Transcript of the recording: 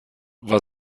war